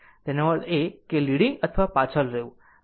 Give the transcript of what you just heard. તેનો અર્થ એ કે લીડીંગ અથવા પાછળ રહેવું